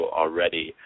already